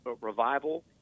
revival